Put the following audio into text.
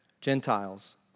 Gentiles